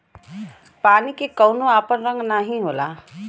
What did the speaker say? पानी के कउनो आपन रंग नाही होला